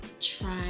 try